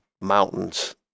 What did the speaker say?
mountains